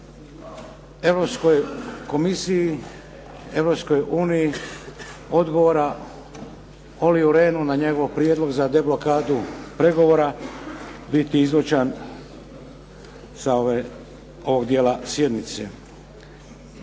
Europskoj komisiji, Europskoj uniji, Olliu Rehnu na njegov prijedlog za deblokadu pregovora biti izlučan sa ovoga dijela sjednice.